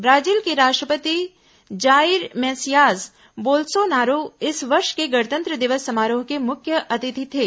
Brazil के राष्ट्रपति Jair Messias Bolsonaro इस वर्ष के गणतंत्र दिवस समारोह के मुख्यि अतिथि थे